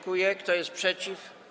Kto jest przeciw?